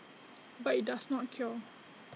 but IT does not cure